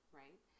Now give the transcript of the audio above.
right